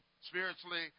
spiritually